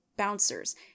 bouncers